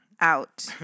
out